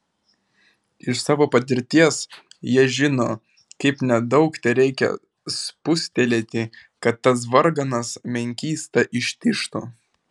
iš savo patirties jie žino kaip nedaug tereikia spustelėti kad tas varganas menkysta ištižtų